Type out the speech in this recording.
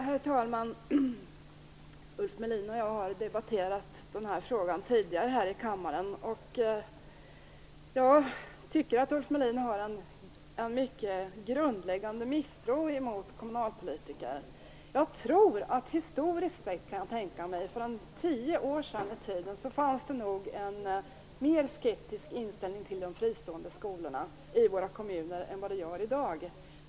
Herr talman! Ulf Melin och jag har debatterat den här frågan tidigare här i kammaren. Jag tycker att Ulf Melin har en mycket grundläggande misstro mot kommunpolitiker. Historiskt sett, för kanske tio år sedan, fanns det nog i kommunerna en mer skeptisk inställning till de fristående skolorna än vad det gör i dag.